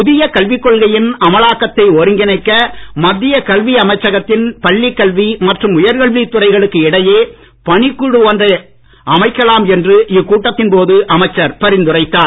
புதிய கல்விக் கொள்கையின் அமலாக்கத்தை ஒருங்கிணைக்க மத்திய கல்வி அமைச்சகத்தின் பள்ளிக் கல்வி மற்றும் உயர்கல்வி துறைகளுக்கு இடையே பணிக்குழு ஒன்றை அமைக்கலாம் என்று இக்கூட்டத்தின் போது அமைச்சர் பரிந்துரைத்தார்